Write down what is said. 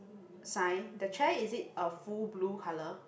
sign the chair is it a full blue colour